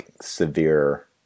severe